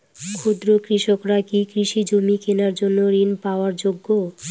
ক্ষুদ্র কৃষকরা কি কৃষি জমি কেনার জন্য ঋণ পাওয়ার যোগ্য?